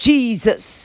Jesus